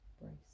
brace